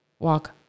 Walk